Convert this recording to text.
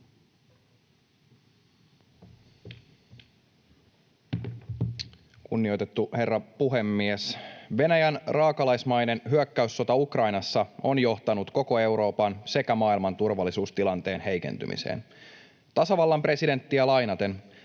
Kunnioitettu herra puhemies! Venäjän raakalaismainen hyökkäyssota Ukrainassa on johtanut koko Euroopan sekä maailman turvallisuustilanteen heikentymiseen. Tasavallan presidenttiä lainaten: